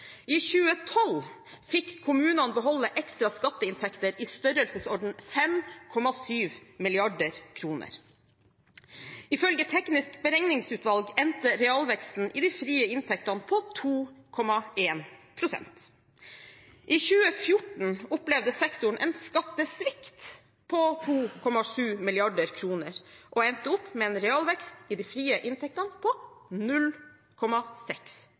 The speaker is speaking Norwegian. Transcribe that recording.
I 2012 fikk kommunene beholde ekstra skatteinntekter i størrelsesorden 5,7 mrd. kr. Ifølge Teknisk beregningsutvalg endte realveksten i de frie inntektene på 2,1 pst. I 2014 opplevde sektoren en skattesvikt på 2,7 mrd. kr og endte opp med en realvekst i de frie inntektene på 0,6